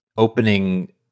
Opening